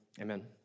Amen